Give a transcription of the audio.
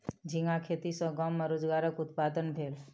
झींगा खेती सॅ गाम में रोजगारक उत्पादन भेल